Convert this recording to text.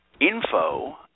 info